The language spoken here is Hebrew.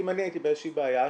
אם אני הייתי באיזושהי בעיה,